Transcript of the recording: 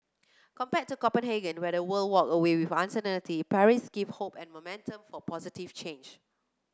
compared to Copenhagen where the world walked away with uncertainty Paris gave hope and momentum for positive change